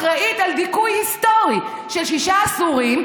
אחראית לדיכוי היסטורי של שישה עשורים,